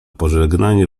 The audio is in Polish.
pożegnanie